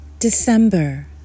December